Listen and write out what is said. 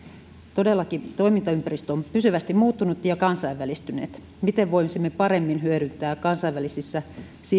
todellakin toimintaympäristö on pysyvästi muuttunut ja kansainvälistynyt miten voisimme paremmin hyödyntää kansainvälisissä